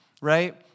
right